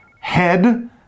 head